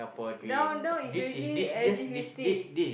now now is already S_G-fifty